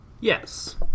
Yes